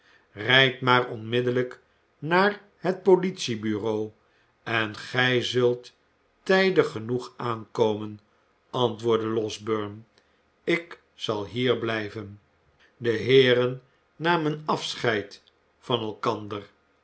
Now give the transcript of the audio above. rijd maar onmiddellijk naar het politiebureau en gij zult tijdig genoeg aankomen antwoordde losberne ik zal hier blijven de heeren namen afscheid van elkander